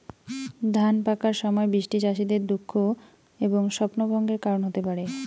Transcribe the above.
ধান পাকার সময় বৃষ্টি চাষীদের দুঃখ এবং স্বপ্নভঙ্গের কারণ হতে পারে